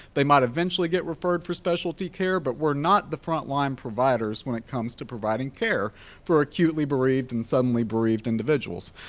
they might eventually get referred for specialty care. but we're not the frontline providers when it comes to providing care for acutely bereaved and suddenly bereaved individuals.